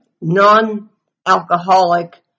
non-alcoholic